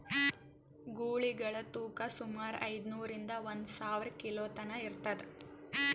ಗೂಳಿಗಳ್ ತೂಕಾ ಸುಮಾರ್ ಐದ್ನೂರಿಂದಾ ಒಂದ್ ಸಾವಿರ ಕಿಲೋ ತನಾ ಇರ್ತದ್